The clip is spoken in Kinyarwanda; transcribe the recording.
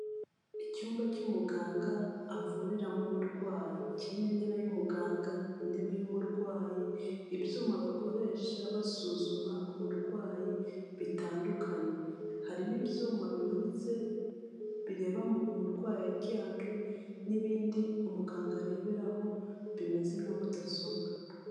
Icyumba cy'umuganga avuriramo umurwayi Kirimo: intebe y'umuganga, intebe y'umurwayi, ibyuma bakoresha basuzuma umurwayi bitandukanye, harimo ibyuma bimanitse bireba umurwayi aryamye n'ibindi umuganga areberaho bimeze nka mudasobwa.